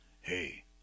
hey